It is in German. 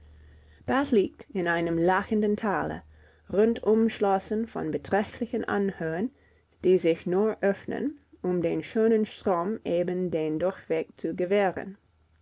bath liegt in einem lachenden tale rund umschlossen von beträchtlichen anhöhen die sich nur öffnen um dem schönen strom eben den durchweg zu gewähren